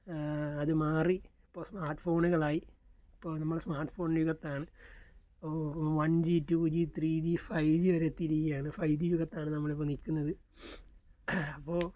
അതു മാറി ഇപ്പോൾ സ്മാർട്ട് ഫോണുകളായി ഇപ്പോൾ നമ്മൾ സ്മാർട്ട് ഫോൺ യുഗത്താണ് ഇപ്പോൾ one G two G three G five G വരെ എത്തിയിരിക്കയാണ് ഫൈ ജി യുഗത്താണ് നമ്മളിപ്പോൾ നിൽക്കുന്നത് അപ്പോൾ